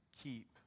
keep